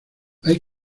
hay